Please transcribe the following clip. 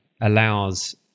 allows